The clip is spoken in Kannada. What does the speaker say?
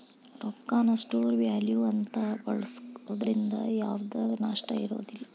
ರೊಕ್ಕಾನ ಸ್ಟೋರ್ ವ್ಯಾಲ್ಯೂ ಅಂತ ಬಳ್ಸೋದ್ರಿಂದ ಯಾವ್ದ್ ನಷ್ಟ ಇರೋದಿಲ್ಲ